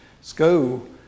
school